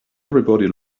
everybody